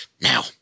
Now